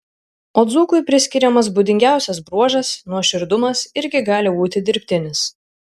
o dzūkui priskiriamas būdingiausias bruožas nuoširdumas irgi gali būti dirbtinis